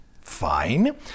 Fine